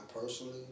personally